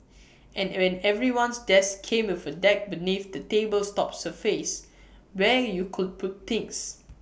and when everyone's desk came with A deck beneath the table's top surface where you could put things